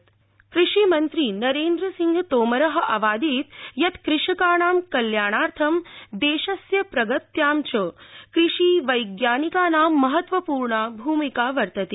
तोमर कृषिमंत्री नरेन्द्रसिंहतोमर अवादीत् यत् कृषकाणं कल्याणार्थं देशस्य प्रगत्यां च कृषि वैज्ञानिकानां महत्वपूर्णा भूमिका वर्तते